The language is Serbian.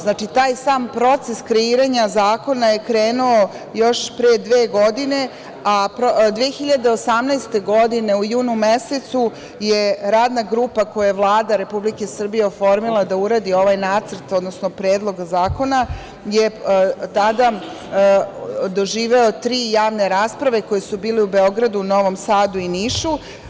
Znači, taj sam proces kreiranja zakona je krenuo još pre dve godine, a 2018. godine, u junu mesecu, je radna grupa koju je Vlada Republike Srbije oformila da uradi ovaj nacrt, odnosno predlog zakona je tada doživeo tri javne rasprave koje su bile u Beogradu, Novom Sadu i Nišu.